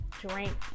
drink